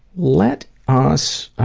let us,